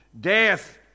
death